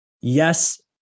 yes